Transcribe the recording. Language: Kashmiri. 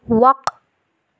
وق